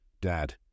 Dad